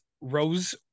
rose